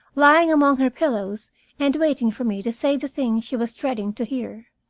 lying among her pillows and waiting for me to say the thing she was dreading to hear.